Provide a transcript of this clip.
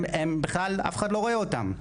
והם בכלל אף אחד לא רואה אותם.